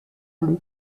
bleu